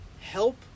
help